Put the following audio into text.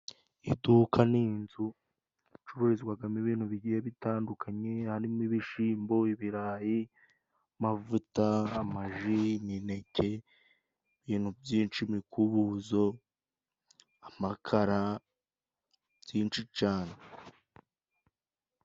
Iduka ni inzu icururizwagamo ibintu bigiye bitandukanye harimo ibishimbo, ibirayi, amavuta, amaji, imineke, ibintu byinshi imikubuzo, amakara, byinshi cane.